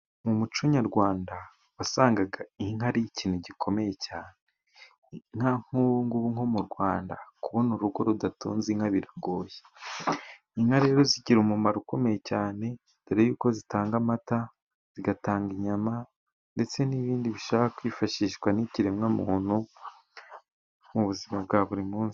Mu muco nyarwanda wasangaga inka ari ikintu gikomeye cyane. Nk'ubungubu nko mu Rwanda kubona urugo rudatunze inka biragoye. Inka rero zigira umumaro ukomeye cyane, mbere yuko zitanga amata zigatanga inyama, ndetse n'ibindi bishobora kwifashishwa n'ikiremwamuntu, mu buzima bwa buri munsi.